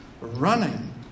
running